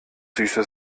süße